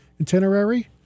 itinerary